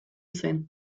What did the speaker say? zen